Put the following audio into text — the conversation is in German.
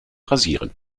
rasieren